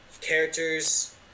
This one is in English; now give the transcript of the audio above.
characters